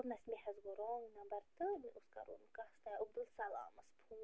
دوٚپنس مےٚ حظ گوٚو رانٛگ نمبر تہٕ مےٚ اوس کَرُن کُستام عبُدالسلامس فون